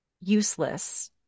useless